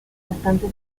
bastante